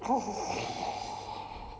狗